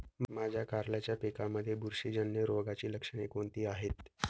माझ्या कारल्याच्या पिकामध्ये बुरशीजन्य रोगाची लक्षणे कोणती आहेत?